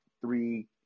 three